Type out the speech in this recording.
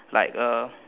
like a